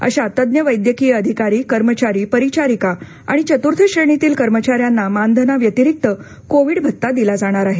अशा तज्ञ वैद्यकीय अधिकारी कर्मचारी परिचारिका आणि चतूर्थ श्रेणीतील कर्मचाऱ्यांना मानधनाव्यतिरिक्त कोविड भत्ता दिला जाणार आहे